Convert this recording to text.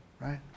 right